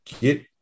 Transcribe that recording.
get